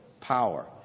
power